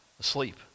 asleep